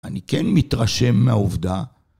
אני כן מתרשם מהעובדה...